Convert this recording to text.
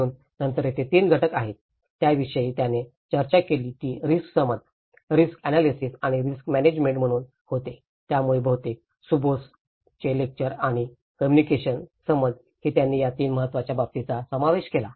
म्हणून नंतर तेथे 3 घटक आहेत ज्याविषयी त्याने चर्चा केली ती रिस्क समज रिस्क अनॅलिसिस आणि रिस्क मॅनेजमेंट म्हणून होते ज्यामुळे बहुतेक शुभोस चे लेक्चर आणि कम्युनिकेशन समज ही त्यांनी या 3 महत्त्वाच्या बाबींचा समावेश केला